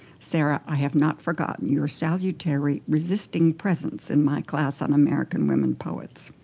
sarah, i have not forgotten your salutary resisting presence in my class on american women poets.